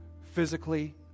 physically